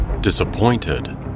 Disappointed